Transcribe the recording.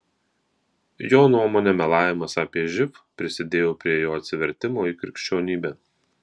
jo nuomone melavimas apie živ prisidėjo prie jo atsivertimo į krikščionybę